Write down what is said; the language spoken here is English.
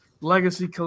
Legacy